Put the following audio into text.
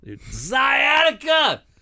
Sciatica